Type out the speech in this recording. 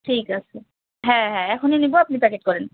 ঠিক আছে হ্যাঁ হ্যাঁ এখনই নিবো আপনি প্যাকেট করেন